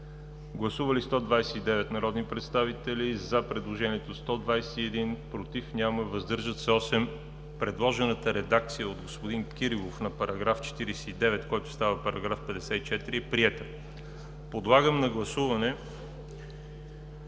Гласували 129 народни представители: за 121, против няма, въздържали се 8. Предложената редакция от господин Кирилов на § 49, който става § 54, е приета. Подлагам на гласуване